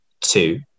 two